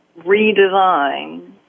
redesign